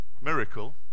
miracle